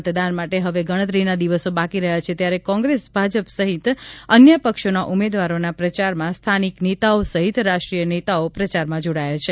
મતદાન માટે હવે ગણતરીના દિવસો બાકી રહ્યાં છે ત્યારે કોંગ્રેસ ભાજપ સહિત અન્ય પક્ષોના ઉમેદવારોના પ્રચારમાં સ્થાનિક નેતાઓ સહિત રાષ્ટ્રીય નેતાઓ પ્રચારમાં જોડાયા છે